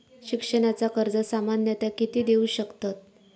शिक्षणाचा कर्ज सामन्यता किती देऊ शकतत?